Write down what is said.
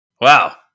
Wow